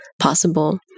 possible